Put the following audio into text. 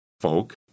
folk